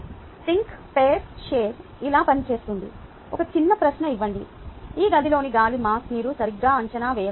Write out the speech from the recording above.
think - pair - share ఇలా పనిచేస్తుంది ఒక చిన్న ప్రశ్న ఇవ్వండి ఈ గదిలోని గాలి మాస్ని మీరు సరిగ్గా అంచనా వేయగలరా